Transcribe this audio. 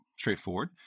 straightforward